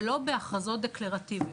ולא בהכרזות דקלרטיביות.